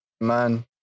man